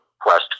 quest